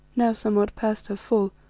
now somewhat past her full,